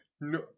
no